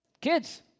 Kids